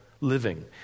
living